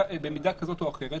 זה לא אסתטיקה משפטית,